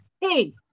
hey